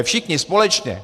Všichni společně.